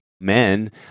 men